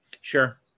Sure